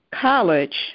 college